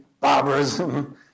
barbarism